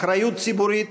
אחריות ציבורית